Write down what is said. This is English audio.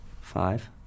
five